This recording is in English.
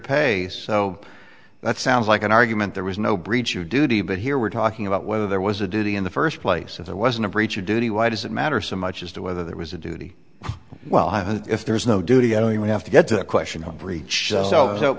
pay so that sounds like an argument there was no breach of duty but here we're talking about whether there was a duty in the first place if there wasn't a breach of duty why does it matter so much as to whether there was a duty well if there is no duty i mean we have to get to the question of breach so so